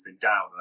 down